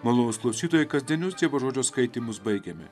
malonūs klausytojai kasdienius dievo žodžio skaitymus baigėme